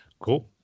Cool